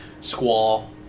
Squall